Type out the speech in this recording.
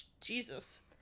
Jesus